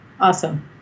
Awesome